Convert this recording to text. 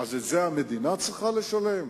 אז את זה המדינה צריכה לשלם?